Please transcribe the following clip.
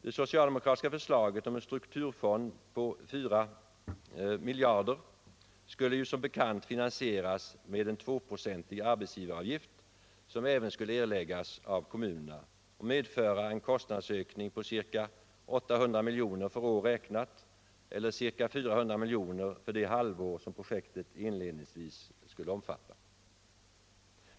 Det socialdemokratiska förslaget om en strukturfond på 4 miljarder skulle som bekant finansieras med en tvåprocentig arbetsgivaravgift som även skulle erläggas av kommunerna och medföra en kostnadsökning på ca 800 miljoner för år räknat eller ca 400 miljoner för det halvår som projektet inledningsvis skulle omfatta.